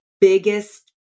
biggest